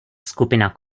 skupina